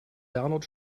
donald